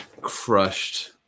crushed